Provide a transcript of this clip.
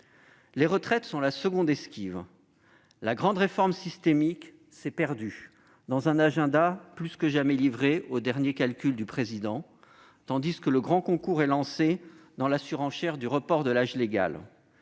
Les retraites sont la seconde esquive de ce budget. La grande réforme systémique s'est perdue dans un agenda plus que jamais livré aux derniers calculs du Président, tandis qu'est lancé le grand concours de la surenchère du report de l'âge légal.